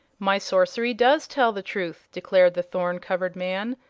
my sorcery does tell the truth! declared the thorn-covered man.